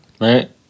right